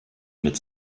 mit